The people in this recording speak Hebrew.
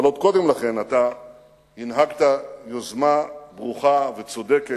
אבל עוד קודם לכן אתה הנהגת יוזמה ברוכה וצודקת